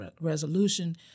resolution